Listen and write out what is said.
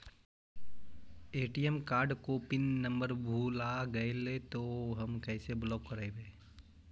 ATM card को PIN number भुला गैले तौ हम कैसे ब्लॉक करवै?